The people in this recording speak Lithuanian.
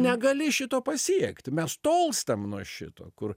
negali šito pasiekti mes tolstam nuo šito kur